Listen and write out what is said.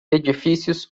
edifícios